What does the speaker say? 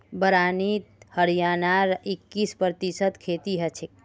बारानीत हरियाणार इक्कीस प्रतिशत खेती हछेक